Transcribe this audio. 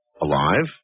alive